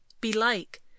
Belike